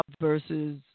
versus